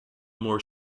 more